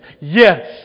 Yes